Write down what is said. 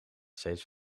steeds